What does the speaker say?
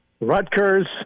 Rutgers